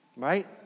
Right